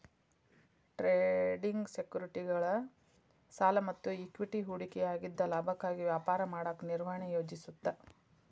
trading ಸೆಕ್ಯುರಿಟಿಗಳ ಸಾಲ ಮತ್ತ ಇಕ್ವಿಟಿ ಹೂಡಿಕೆಯಾಗಿದ್ದ ಲಾಭಕ್ಕಾಗಿ ವ್ಯಾಪಾರ ಮಾಡಕ ನಿರ್ವಹಣೆ ಯೋಜಿಸುತ್ತ